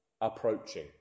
approaching